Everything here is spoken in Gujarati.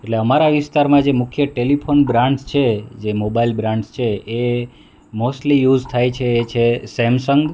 એટલે અમારા વિસ્તારમાં જે મુખ્ય ટેલિફોન બ્રાન્ડ્સ છે જે મોબાઈલ બ્રાન્ડ્સ છે એ મોસ્ટલી યુઝ થાય છે એ છે સેમસંગ